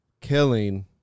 killing